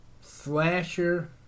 slasher